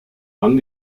wann